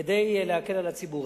כדי להקל על הציבור.